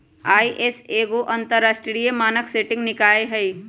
ISO एगो अंतरराष्ट्रीय मानक सेटिंग निकाय हइ